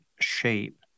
shape